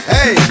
Hey